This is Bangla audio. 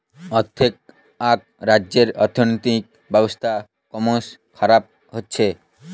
অ্দেআক রাজ্যের আর্থিক ব্যবস্থা ক্রমস খারাপ হচ্ছে